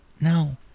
No